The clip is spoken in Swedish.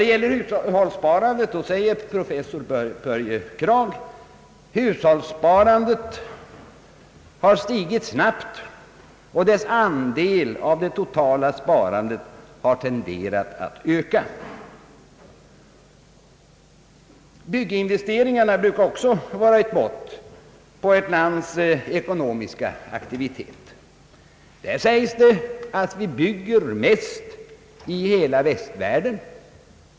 Vad gäller hushållssparandet säger professor Börje Kragh att detta stigit snabbt och att dess andel av det totala sparandet tenderat att öka. Bygginvesteringarna brukar också vara ett mått på ett lands ekonomiska aktivitet. Där sägs det att vi bygger mest i hela västvärlden.